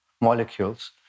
molecules